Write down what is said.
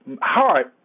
heart